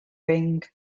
ring